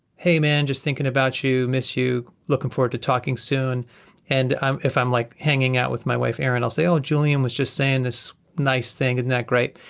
hey man, just thinking about you, miss you, looking forward to talking soon and um if i'm like hanging out with my wife erin, i'll say, oh julien was just saying this nice thing, isn't that great?